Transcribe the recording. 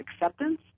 acceptance